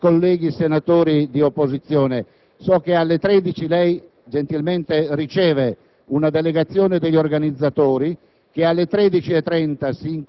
un'informazione per i miei colleghi senatori dell'opposizione. So che alle ore 13 lei gentilmente riceverà una delegazione degli organizzatori,